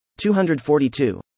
242